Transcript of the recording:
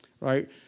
right